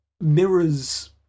mirrors